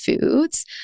foods